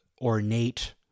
ornate